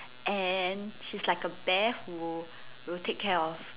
and she's like a bear who will take care of